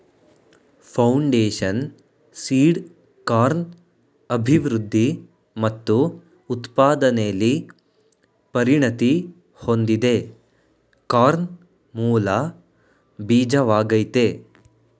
foundation seed corn ಅಭಿವೃದ್ಧಿ ಮತ್ತು ಉತ್ಪಾದನೆಲಿ ಪರಿಣತಿ ಹೊಂದಿದೆ ಕಾರ್ನ್ ಮೂಲ ಬೀಜವಾಗಯ್ತೆ